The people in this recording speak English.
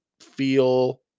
feel